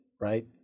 right